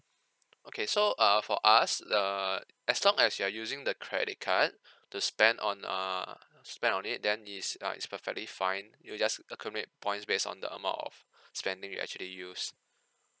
okay so uh for us uh as long as you are using the credit card to spend on uh spend on it then it is uh it's perfectly fine you just accumulate points based on the amount of spending you actually use